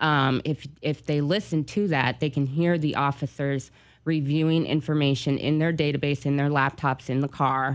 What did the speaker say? if you if they listen to that they can hear the officers reviewing information in their database in their laptops in the car